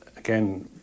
again